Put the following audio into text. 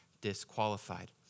disqualified